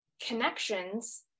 connections